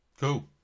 cool